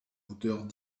hauteurs